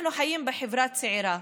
אנחנו חיים בחברה צעירה,